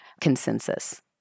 consensus